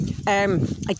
Again